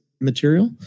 Material